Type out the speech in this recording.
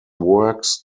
works